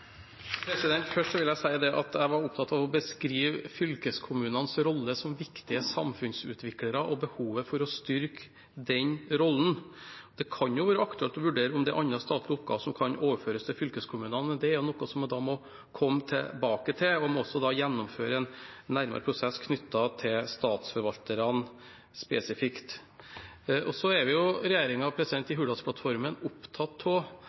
Først vil jeg si at jeg var opptatt av å beskrive fylkeskommunenes rolle som viktige samfunnsutviklere og behovet for å styrke den rollen. Det kan være aktuelt å vurdere om det er andre statlige oppgaver som kan overføres til fylkeskommunene, men det er noe som en må komme tilbake til, og en må også gjennomføre en nærmere prosess knyttet til statsforvalterne spesifikt. Så er regjeringen i Hurdalsplattformen opptatt av en jevnere fordeling av